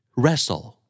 wrestle